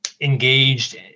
engaged